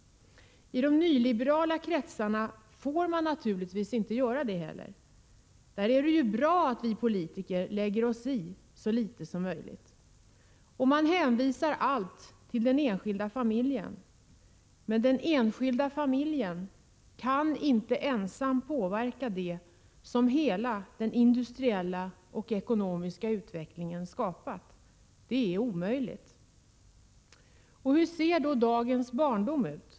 I de nyliberala kretsarna får man naturligtvis inte heller göra det. Där är det ju bra att politiker lägger sig i så litet som möjligt. Man hänskjuter allt till den enskilda familjen. Men den enskilda familjen kan inte ensam påverka det som hela den industriella och ekonomiska utvecklingen skapat — det är omöjligt. Hur ser då dagens barndom ut?